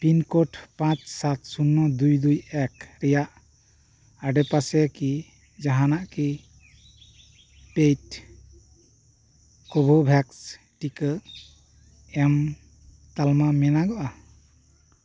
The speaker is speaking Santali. ᱯᱤᱱ ᱠᱳᱰ ᱯᱟᱸᱪ ᱥᱟᱛ ᱥᱩᱱᱱᱚ ᱫᱩᱭ ᱫᱩᱭ ᱮᱠ ᱨᱮᱭᱟᱜ ᱟᱰᱮᱯᱟᱥᱮ ᱠᱤ ᱡᱟᱦᱟᱱᱟᱜ ᱠᱤ ᱯᱮᱴ ᱠᱚᱵᱚ ᱵᱷᱮᱠᱥ ᱴᱤᱠᱟᱹ ᱮᱢ ᱛᱟᱞᱢᱟ ᱢᱮᱱᱟ ᱜᱚᱜᱼᱟ